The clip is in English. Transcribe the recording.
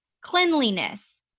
cleanliness